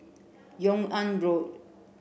Yung An Road